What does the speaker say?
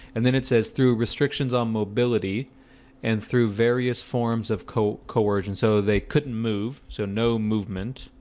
and then it says through restrictions on mobility and through various forms of coercion coercion so they couldn't move so no movement